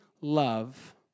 love